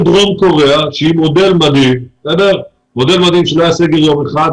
דרום קוריאה שהיא מודל מדהים בו לא היה סגר ולו ליום אחד,